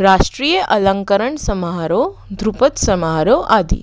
राष्ट्रीय अलंकरण समारोह ध्रुपद समारोह आदि